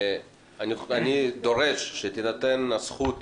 שאני דורש שתינתן הזכות